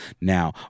now